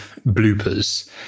bloopers